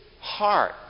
heart